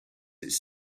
its